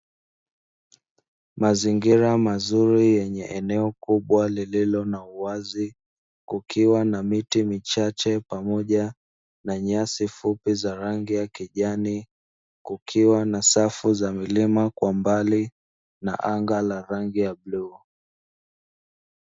Mazingira mazuri yenye eneo kubwa lililo na uwazi, kukiwa na miti michache pamoja na nyasi fupi za rangi ya kijani, kukiwa na safu za milima kwa mbali na anga la rangi ya bluu.